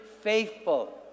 faithful